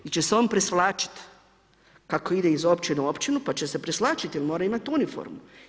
Hoće li se on presvlačiti kako ide iz općine u općinu, pa će se presvlačiti jer mora imati uniformu?